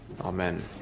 Amen